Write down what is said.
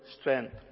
strength